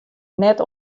net